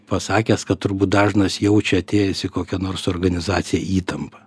pasakęs kad turbūt dažnas jaučia atėjęs į kokią nors organizaciją įtampą